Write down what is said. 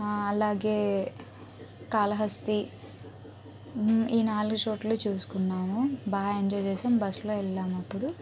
ఆ అలాగే కాళహస్తీ ఈ నాలుగు చోట్లూ చూసుకున్నాము బాగా ఎంజోయ్ చేశాం బస్లో ఎల్లాం అప్పుడు